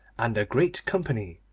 and a great company,